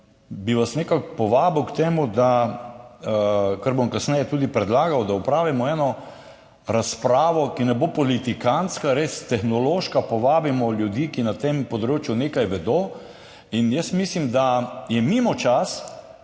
bi vas nekako povabil k temu, kar bom kasneje tudi predlagal, da opravimo eno razpravo ki ne bo politikantska, ki bo res tehnološka, povabimo ljudi, ki na tem področju nekaj vedo. Jaz mislim, da je mimo čas,